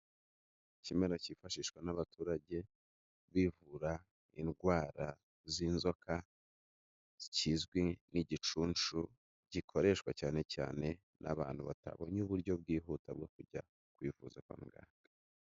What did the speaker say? Ikimera cyifashishwa n'abaturage bivura indwara z'inzoka, kizwi nk'igicunshu, gikoreshwa cyane cyane n'abantu batabonye uburyo bwihuta bwo kujya kwivuza kwa muganga.